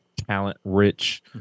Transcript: talent-rich